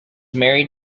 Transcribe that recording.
married